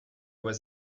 was